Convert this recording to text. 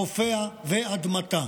חופיה ואדמתה.